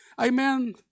Amen